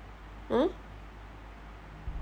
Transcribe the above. !huh!